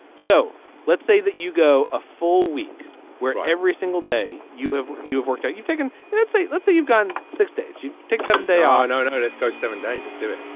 so let's say that you go a full week where every single day you have you've worked out you've taken it let's say let's say you've gone six days you take seven day on ah notice go seven days just do it.